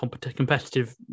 competitive